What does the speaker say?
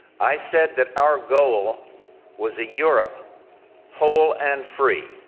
i said that our goal was a europe whole and free.